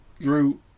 Drew